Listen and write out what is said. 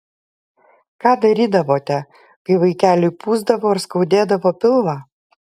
ką darydavote kai vaikeliui pūsdavo ar skaudėdavo pilvą